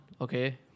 Okay